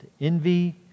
envy